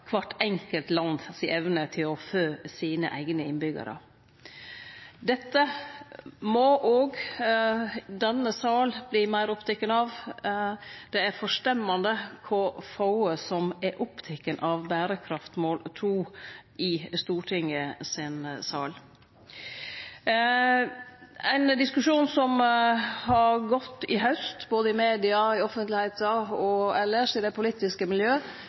kvart enkelt land har til å fø eigne innbyggjarar. Dette må ein òg i denne salen verte meir oppteken av. Det er forstemmande at det er så få i stortingssalen som er opptekne av berekraftsmål nummer to. Ein diskusjon som har føregått i haust – både i media, i det offentlege og elles i det politiske